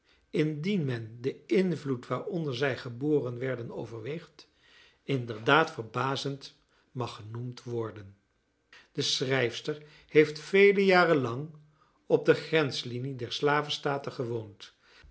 indien men den invloed waaronder zij geboren werden overweegt inderdaad verbazend mag genoemd worden de schrijfster heeft vele jaren lang op de grenslinie der slavenstaten gewoond